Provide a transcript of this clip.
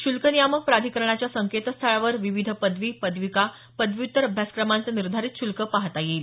श्ल्क नियामक प्राधिकरणाच्या संकेतस्थळावर विविध पदवी पदविका पदव्युत्तर अभ्यासक्रमांचं निधीरित शुल्क पाहता येईल